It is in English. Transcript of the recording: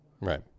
Right